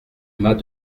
mas